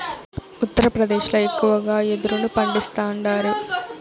ఉత్తరప్రదేశ్ ల ఎక్కువగా యెదురును పండిస్తాండారు